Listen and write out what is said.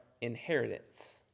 inheritance